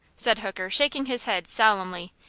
said hooker, shaking his head, solemnly.